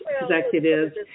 executives